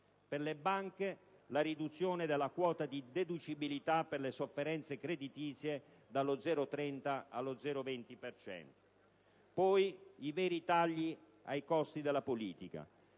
Per le banche, chiediamo la riduzione della quota di deducibilità per le sofferenze creditizie dallo 0,30 allo 0,20 per cento. Per i veri tagli ai costi della politica,